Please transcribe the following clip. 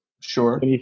Sure